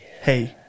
Hey